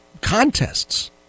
contests